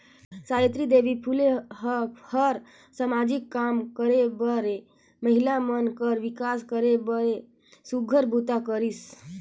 सावित्री देवी फूले ह हर सामाजिक काम करे बरए महिला मन कर विकास करे बर सुग्घर बूता करिस